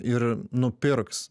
ir nupirks